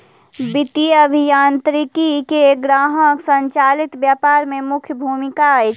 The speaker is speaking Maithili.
वित्तीय अभियांत्रिकी के ग्राहक संचालित व्यापार में मुख्य भूमिका अछि